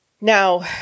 Now